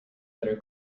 better